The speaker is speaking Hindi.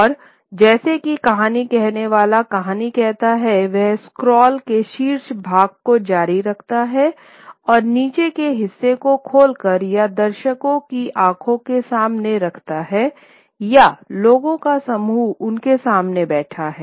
और जैसा कि कहानी कहने वाला कहानी कहता है वह स्क्रॉल के शीर्ष भाग को जारी रखता है और नीचे के हिस्से को खोलकर या दर्शक की आंखों के सामने रखता है या लोगों का समूह उनके सामने बैठा हैं